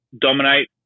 dominate